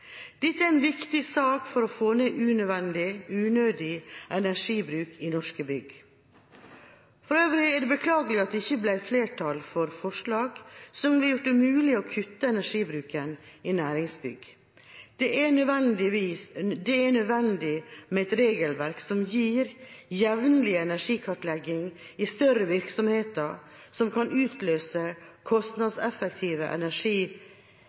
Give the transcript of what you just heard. Dette er en viktig sak for å få ned unødig energibruk i norske bygg. For øvrig er det beklagelig at det ikke ble flertall for forslag som ville gjort det mulig å kutte energibruken i næringsbygg. Det er nødvendig med et regelverk som gir jevnlig energikartlegging i større virksomheter som kan utløse